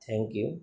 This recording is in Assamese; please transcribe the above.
thank U